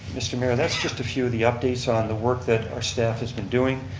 mr. mayor, that's just a few of the updates on the work that our staff has been doing.